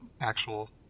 actual